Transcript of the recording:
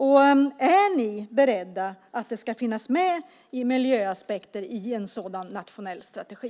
Är ni beredda att se till att det finns med miljöaspekter i en sådan nationell strategi?